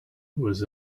was